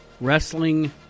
wrestling